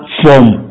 form